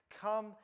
come